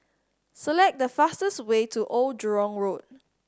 select the fastest way to Old Jurong Road